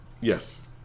Yes